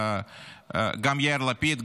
גם יאיר לפיד,